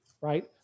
right